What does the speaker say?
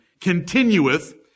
Continueth